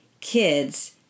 kids